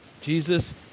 Jesus